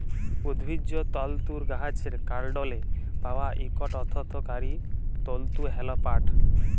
উদ্ভিজ্জ তলতুর গাহাচের কাল্ডলে পাউয়া ইকট অথ্থকারি তলতু হ্যল পাট